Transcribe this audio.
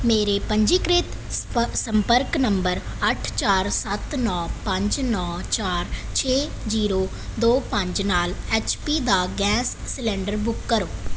ਮੇਰੇ ਪੰਜੀਕ੍ਰਿਤ ਸਪ ਸੰਪਰਕ ਨੰਬਰ ਅੱਠ ਚਾਰ ਸੱਤ ਨੌ ਪੰਜ ਨੌ ਚਾਰ ਛੇ ਜ਼ੀਰੋ ਦੋ ਪੰਜ ਨਾਲ ਐਚ ਪੀ ਦਾ ਗੈਸ ਸਿਲੰਡਰ ਬੁੱਕ ਕਰੋ